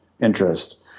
interest